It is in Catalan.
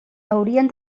haurien